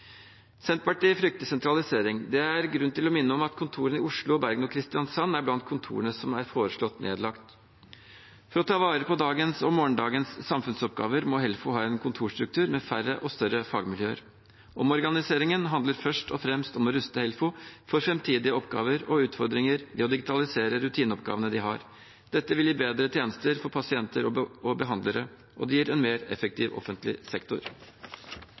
Senterpartiet frykter sentralisering. Det er grunn til å minne om at kontorene i Oslo, Bergen og Kristiansand er blant dem som er foreslått nedlagt. For å ta vare på dagens og morgendagens samfunnsoppgaver må Helfo ha en kontorstruktur med færre og større fagmiljøer. Omorganiseringen handler først og fremst om å ruste Helfo for framtidige oppgaver og utfordringer ved å digitalisere rutineoppgavene de har. Dette vil gi bedre tjenester for pasienter og behandlere, og det gir en mer effektiv offentlig sektor.